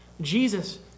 Jesus